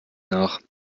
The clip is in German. nach